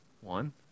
One